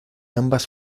ambas